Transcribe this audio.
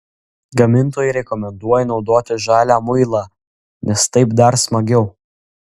gamintojai rekomenduoja naudoti žalią muilą nes taip dar smagiau